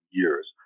years